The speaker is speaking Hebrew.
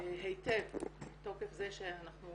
היטב מתוקף זה שאנחנו